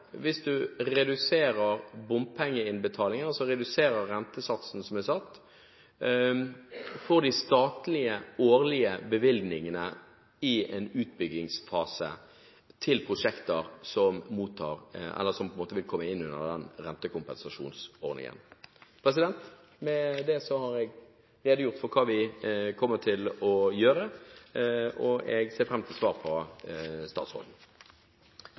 hvis du reduserer bompengeinnbetaling, altså reduserer rentesatsen som er satt, for de statlige årlige bevilgningene i en utbyggingsfase til prosjekter som vil komme inn under den rentekompensasjonsordningen? Med det har jeg redegjort for hva vi kommer til å gjøre, og jeg ser fram til svar fra statsråden.